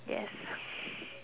yes